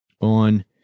on